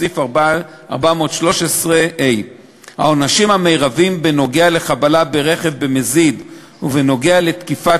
סעיף 413ה. העונשים המרביים על חבלה ברכב במזיד ועל תקיפת